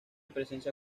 presencia